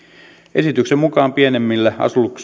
esityksen mukaan pienemmillä